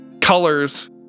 Colors